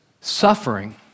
suffering